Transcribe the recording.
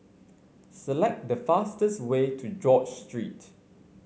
select the fastest way to George Street